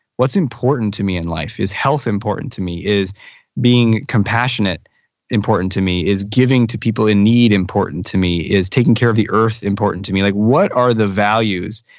what's important to me in life? is health important to me? is being compassionate important to me? is giving to people in need important to me? is taking care of the earth important to me? like what are the values,